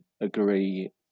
agree